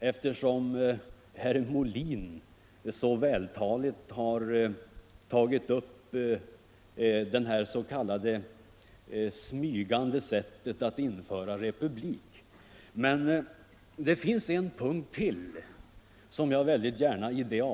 Eftersom herr Molin så vältaligt bemött herr Björcks påståenden att detta skulle vara ett smygande sätt att införa republik, är det kanske onödigt att jag berör dem.